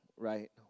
right